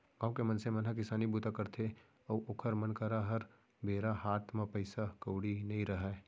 गाँव के मनसे मन ह किसानी बूता करथे अउ ओखर मन करा हर बेरा हात म पइसा कउड़ी नइ रहय